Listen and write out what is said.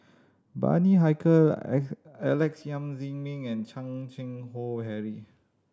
Bani Haykal Alex Yam Ziming and Chan Keng Howe Harry